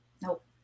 Nope